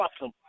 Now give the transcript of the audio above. awesome